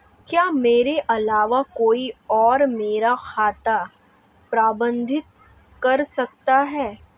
क्या मेरे अलावा कोई और मेरा खाता प्रबंधित कर सकता है?